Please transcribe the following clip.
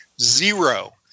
zero